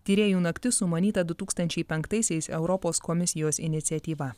tyrėjų naktis sumanyta du tūkstančiai penktaisiais europos komisijos iniciatyva